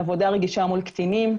על עבודה רגישה מול קטינים.